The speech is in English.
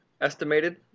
estimated